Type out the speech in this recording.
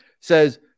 says